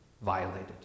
violated